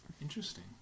Interesting